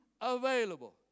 available